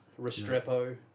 Restrepo